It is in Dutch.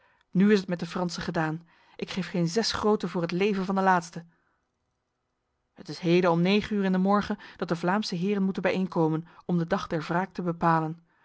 nu is het met de fransen gedaan ik geef geen zes groten voor het leven van de laatste het is heden om negen uur in de morgen dat de vlaamse heren moeten bijeenkomen om de dag der wraak te bepalen